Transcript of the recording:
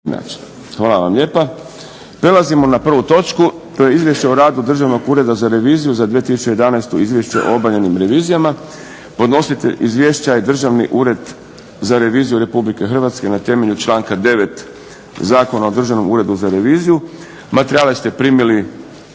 Boris (SDP)** Prelazimo na prvu točku. To je: - Izvješće o radu Državne ureda za reviziju za 2011. i Izvješće o obavljenim revizijama Podnositelj izvješća je Državni ured za reviziju RH na temelju članka 9. Zakona o Državnom uredu za reviziju. Materijale ste primili